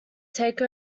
take